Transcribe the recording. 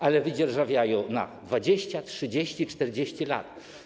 Ale wydzierżawiają na 20, 30, 40 lat.